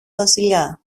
βασιλιά